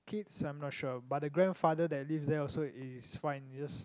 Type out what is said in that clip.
kids I'm not sure but the grandfather that lives there also it is fine it just